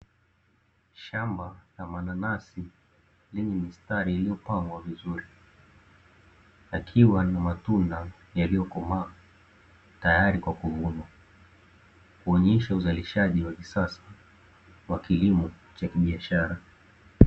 Shamba la mananasi yenye mistari iliyo pangwa vizuri, yakiwa na matunda yaliyo komaa, tayari kwa kuvunwa, kuonyesha uzalishaji wa kisasa wa kilimo cha kibiashara.